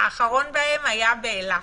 האחרון בהם היה באילת.